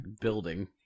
building